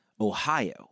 Ohio